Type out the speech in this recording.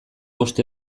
uste